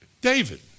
David